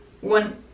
one